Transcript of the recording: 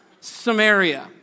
Samaria